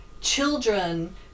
children